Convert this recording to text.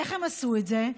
איך הם עשו את זה?